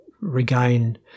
regain